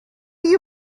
you